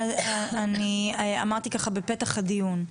אני אמרתי כבר ככה בפתח הדיון,